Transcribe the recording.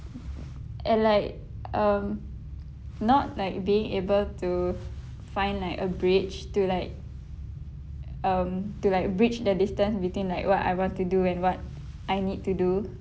and like um not like being able to find like a bridge to like um to like bridge the distance between like what I want to do and what I need to do